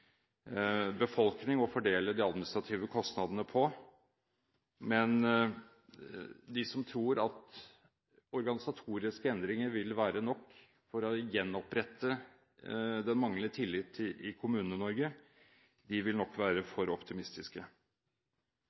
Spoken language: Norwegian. befolkning å fordele de administrative kostnadene på. Men de som tror at organisatoriske endringer vil være nok for å gjenopprette den manglende tilliten i Kommune-Norge, vil nok være for optimistiske.